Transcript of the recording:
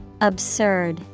Absurd